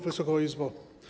Wysoka Izbo!